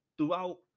throughout